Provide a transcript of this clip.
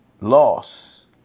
loss